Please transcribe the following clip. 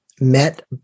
met